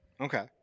okay